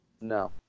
No